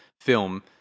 film